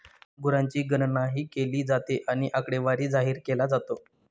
गुरांची गणनाही केली जाते आणि आकडेवारी जाहीर केला जातो